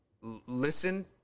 listen